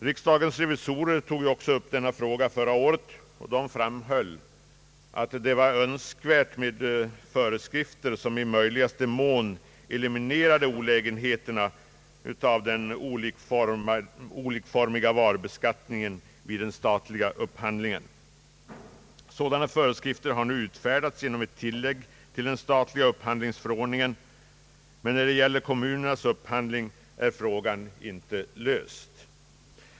Riksdagens revisorer tog upp denna fråga förra året och framhöll att det var önskvärt med föreskrifter som i möjligaste mån eliminerade olägenheterna av den olikformiga varubeskattningen vid den statliga upphandlingen. Sådana föreskrifter har nu utfärdats genom ett tillägg till den statliga upphandlingsförordningen, men när det gäller kommunernas upphandling är frågan inte löst.